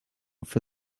for